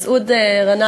חבר הכנסת מסעוד גנאים,